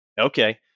Okay